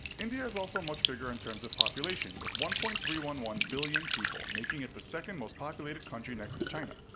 india is also much bigger in terms of population, with one point three one one billion people, making it the second most populated country next to china.